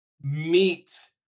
meet